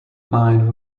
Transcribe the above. mind